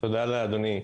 תודה לאדוני.